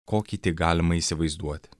kokį tik galima įsivaizduoti